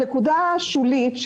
נקודה שולית,